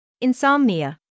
Insomnia